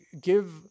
give